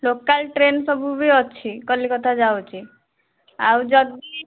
local train ସବୁ ବି ଅଛି କଲିକତା ଯାଉଛି ଆଉ ଯଦି